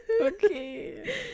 Okay